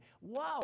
wow